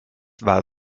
war